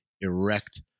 erect